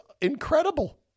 incredible